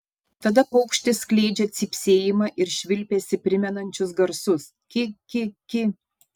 tada paukštis skleidžia cypsėjimą ir švilpesį primenančius garsus ki ki ki